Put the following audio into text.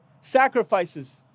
sacrifices